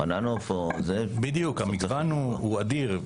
בדיוק, המגוון הוא אדיר.